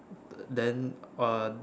then uh